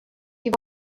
его